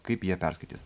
kaip jie perskaitys